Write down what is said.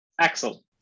Axel